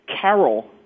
Carol